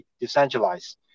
decentralized